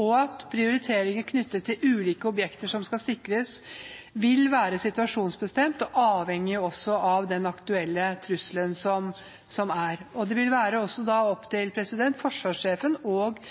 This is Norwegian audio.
og at prioriteringer knyttet til hvilke objekter som skal sikres, vil være situasjonsbestemt og avhengig av den aktuelle trusselen som er. Det vil være opp til forsvarssjefen og